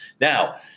Now